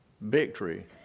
victory